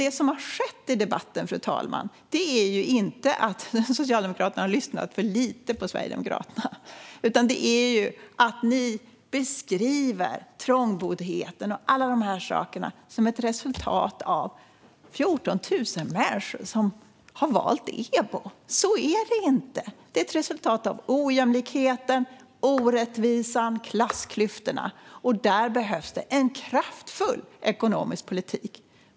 Det som har skett i debatten är inte att Socialdemokraterna har lyssnat på Sverigedemokraterna, utan det är att ni beskriver trångboddheten och så vidare som ett resultat av att 14 000 människor har valt EBO. Så är det inte. Det är ett resultat av ojämlikheten, orättvisan och klassklyftorna, och här behövs en kraftfull ekonomisk politik.